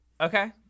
Okay